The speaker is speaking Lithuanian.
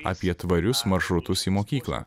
apie tvarius maršrutus į mokyklą